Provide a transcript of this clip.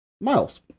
Miles